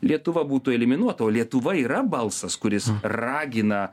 lietuva būtų eliminuota o lietuva yra balsas kuris ragina